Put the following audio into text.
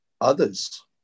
others